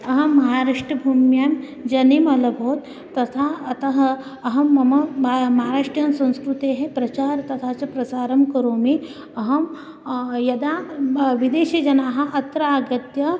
अहं महाराष्ट्रभूम्यां जन्म अलभेत् तथा अतः अहं मम म महाराष्ट्रियसंस्कृतेः प्रचारं तथा च प्रसारं करोमि अहं यदा ब विदेशीयजनाः अत्र आगत्य